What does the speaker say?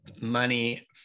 money